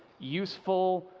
useful,